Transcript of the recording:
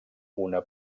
una